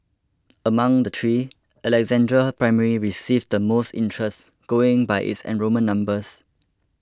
among the three Alexandra Primary received the most interest going by its enrolment numbers